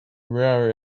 where